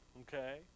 okay